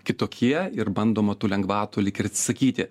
kitokie ir bandoma tų lengvatų lyg ir atsisakyti